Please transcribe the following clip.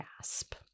Gasp